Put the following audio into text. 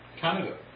Canada